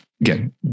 Again